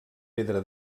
pedra